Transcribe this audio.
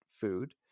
food